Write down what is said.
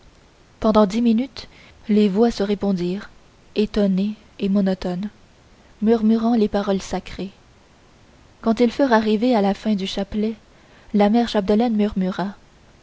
pendant dix minutes les voix se répondirent étouffées et monotones murmurant les paroles sacrées quand ils furent arrivés à la fin du chapelet la mère chapdelaine murmura